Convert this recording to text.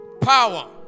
power